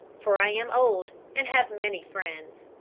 for i am old, and have many friends.